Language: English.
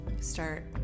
start